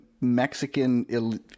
Mexican